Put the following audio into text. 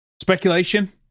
speculation